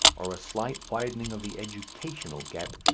or a slight widening of the educational gap,